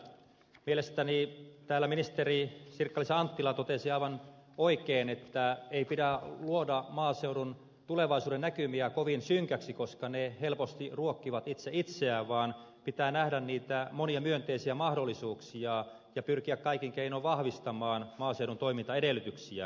mielestäni täällä ministeri sirkka liisa anttila totesi aivan oikein että ei pidä luoda maaseudun tulevaisuudennäkymiä kovin synkiksi koska ne helposti ruokkivat itse itseään vaan pitää nähdä niitä monia myönteisiä mahdollisuuksia ja pyrkiä kaikin keinoin vahvistamaan maaseudun toimintaedellytyksiä